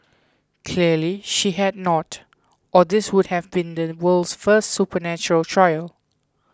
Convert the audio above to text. clearly she had not or this would have been the world's first supernatural trial